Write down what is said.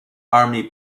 army